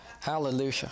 Hallelujah